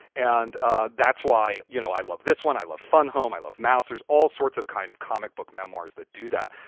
and ah that's why, you know, i love this one. i love fun home. i love mauser's, all sorts of kind of comic book memoirs that do that.